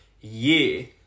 year